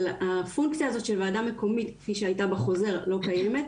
אבל הפונקציה הזאת של וועדה מקומית כפי שהיתה בחוזר לא קיימת,